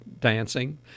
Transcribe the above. dancing